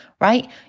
right